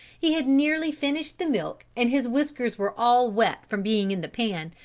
he had nearly finished the milk and his whiskers were all wet from being in the pan,